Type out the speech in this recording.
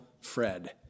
Fred